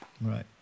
Right